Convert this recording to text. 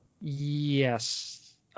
Yes